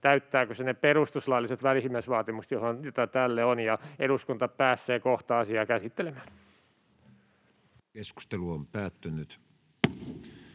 täyttääkö se ne perustuslailliset vähimmäisvaatimukset, joita tälle on. Ja eduskunta päässee kohta asiaa käsittelemään. [Speech 127]